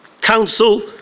Council